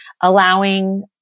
allowing